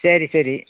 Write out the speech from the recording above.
சரி சரி